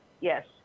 Yes